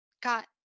got